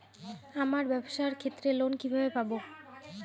আমার ব্যবসার ক্ষেত্রে লোন কিভাবে পাব?